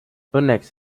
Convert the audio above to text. õnneks